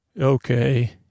Okay